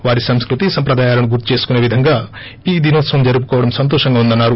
వారి సంస్ఫృతి సంప్రదాయాలను్ గుర్తుచేసుకునే విధంగా ఈ దినోత్సవం జరుపుకోవడం సంతోషంగా ఉందన్నారు